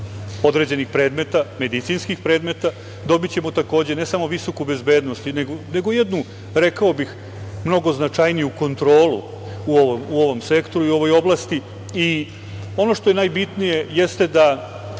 određenih predmeta, medicinskih predmeta, dobićemo, takođe, ne samo visoku bezbednost, nego jednu, rekao bih, jednu mnogo značajniju kontrolu u ovom sektoru, u ovoj oblasti. Najbitnije je,